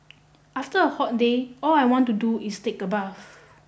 after a hot day all I want to do is take a bath